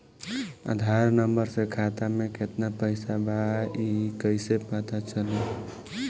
आधार number से खाता में केतना पईसा बा ई क्ईसे पता चलि?